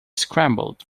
scrambled